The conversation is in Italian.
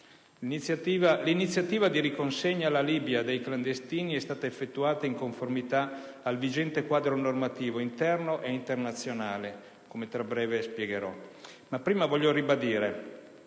L'iniziativa di riconsegna alla Libia dei clandestini è stata effettuata in conformità al vigente quadro normativo interno e internazionale, come tra breve spiegherò. Prima vorrei ribadire